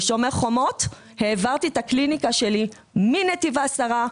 ב"שומר חומות" העברתי את הקליניקה שלי מנתיב העשרה,